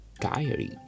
Diary